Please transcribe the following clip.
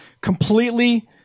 completely